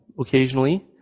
occasionally